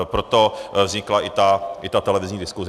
Proto vznikla i ta televizní diskuse.